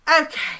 okay